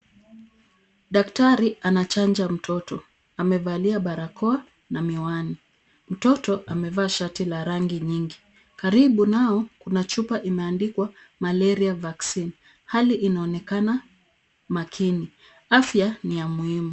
Daktari anachanja mtoto. Amevalia barakoa na miwani. Mtoto amevaa shati la rangi nyingi. Karibu nao, kuna chupa imeandikwa Malaria Vaccine. Hali inaonekana makini. Afya ni ya muhimu.